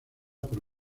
por